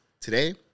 Today